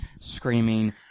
screaming